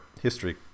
history